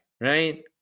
right